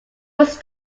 was